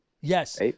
Yes